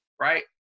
right